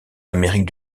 amérique